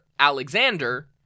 Alexander